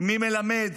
מי מלמד,